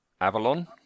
Avalon